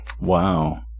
Wow